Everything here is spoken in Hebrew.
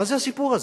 מה זה הסיפור הזה?